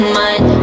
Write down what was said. mind